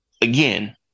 again